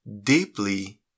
Deeply